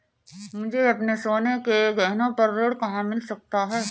मुझे अपने सोने के गहनों पर ऋण कहाँ मिल सकता है?